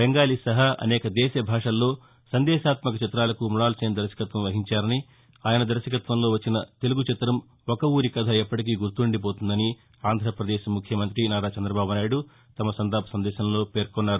బెంగాలీ సహా అనేక దేశ భాషల్లో సందేశాత్మక చిత్రాలకు మృణాల్ సేన్ దర్భకత్వం వహించారని ఆయన దర్భకత్వంలో వచ్చిన తెలుగు చిత్రం ఒక ఊరి కథ ఎప్పటికీ గుర్తండిపోతుందని ఆంధ్రపదేశ్ ముఖ్యమంతి నారా చంద్రబాబు నాయుడు తమ సంతాప సందేశంలో పేర్కొన్నారు